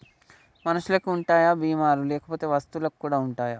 మనుషులకి ఉంటాయా బీమా లు లేకపోతే వస్తువులకు కూడా ఉంటయా?